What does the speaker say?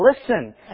listen